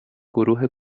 گروه